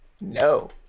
No